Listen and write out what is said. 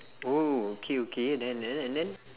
oh okay okay then then and then